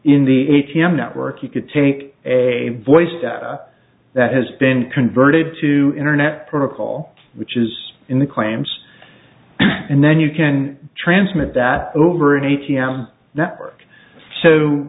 in the a t m network you could take a voice data that has been converted to internet protocol which is in the claims and then you can transmit that over an a t m network so